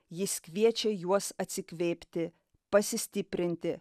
jis kviečia juos atsikvėpti pasistiprinti